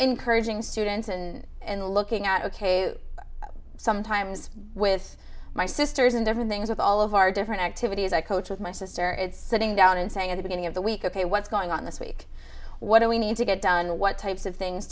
encouraging students and and looking at ok sometimes with my sisters and different things with all of our different activities i coach with my sister it's sitting down and saying at the beginning of the week ok what's going on this week what do we need to get done what types of things